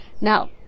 Now